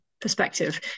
perspective